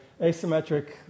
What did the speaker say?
asymmetric